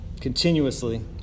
continuously